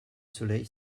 soleil